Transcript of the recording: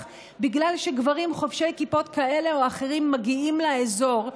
בגלל שגברים חובשי כיפות כאלה או אחרים מגיעים לאזור,